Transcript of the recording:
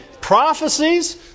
Prophecies